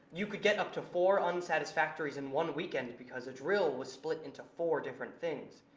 you could get up to four unsatisfactories in one weekend because a drill was split into four different things.